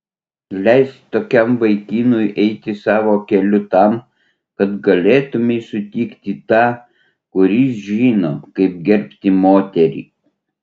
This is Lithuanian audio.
leisk tokiam vaikinui eiti savo keliu tam kad galėtumei sutikti tą kuris žino kaip gerbti moterį